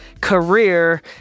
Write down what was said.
career